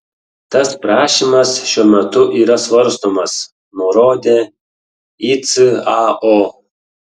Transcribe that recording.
tas prašymas šiuo metu yra svarstomas nurodė icao